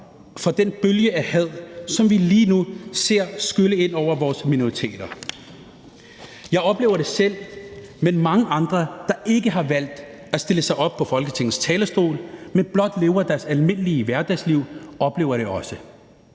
for den bølge af had, som vi lige nu ser skylle ind over vores minoriteter. Jeg oplever det selv, men mange andre, der ikke har valgt at stille sig op på Folketingets talerstol, men blot lever deres almindelige hverdagsliv, oplever det også,